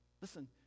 listen